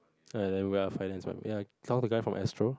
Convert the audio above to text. ya and we are finance what ya come the guy from astro